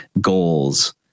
goals